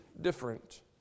different